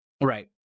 Right